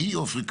והסכנה אורבת